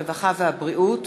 הרווחה והבריאות